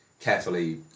carefully